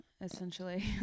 essentially